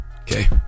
Okay